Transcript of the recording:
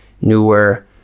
newer